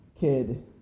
kid